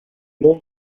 monde